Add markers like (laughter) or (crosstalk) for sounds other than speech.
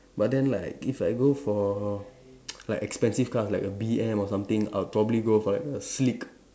but then like if I go for (noise) like expensive cars like a B_M or something I'll probably go for like a sleek